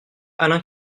alain